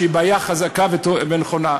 שהיא בעיה חזקה ונכונה.